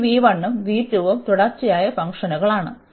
ഈ ഉം ഉം തുടർച്ചയായ ഫംഗ്ഷനുകളാണ്